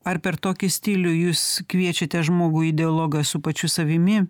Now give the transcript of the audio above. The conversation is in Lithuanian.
ar per tokį stilių jūs kviečiate žmogų į dialogą su pačiu savimi